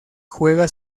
juega